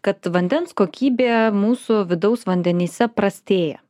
kad vandens kokybė mūsų vidaus vandenyse prastėja